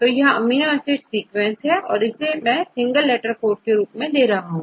तो यह amino acid sequence है इसे मैं सिंगल लेटर कोड में दे रहा हूं